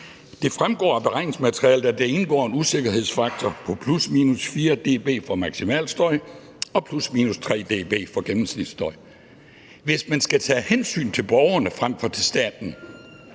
jeg ud fra alle har fået med – at der indgår en usikkerhedsfaktor på plus/minus 4 dB for maksimalstøjen og plus/minus 3 dB for gennemsnitstøj. Hvis man skal tage hensyn til borgerne frem for til staten,